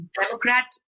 Democrat